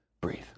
breathe